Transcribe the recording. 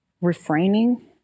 Refraining